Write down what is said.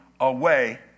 away